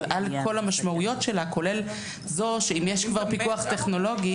אבל על כל המשמעויות שלה כולל זו שאם יש כבר פיקוח טכנולוגי,